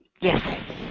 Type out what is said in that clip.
Yes